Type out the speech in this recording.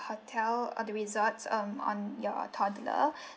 hotel or the resort um on your toddler